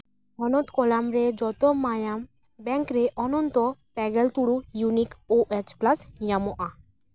ᱦᱚᱱᱚᱛ ᱠᱚᱞᱟᱢ ᱨᱮ ᱡᱚᱛᱚ ᱢᱟᱭᱟᱢ ᱵᱮᱝᱠ ᱨᱮ ᱚᱱᱚᱱᱛᱚ ᱯᱮᱜᱮᱞ ᱛᱩᱲᱩ ᱤᱭᱩᱱᱤᱠ ᱳ ᱮᱭᱤᱪ ᱯᱞᱟᱥ ᱧᱟᱢᱚᱜᱼᱟ